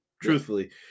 Truthfully